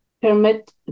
permit